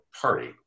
party